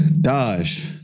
Dodge